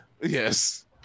yes